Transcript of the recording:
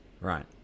Right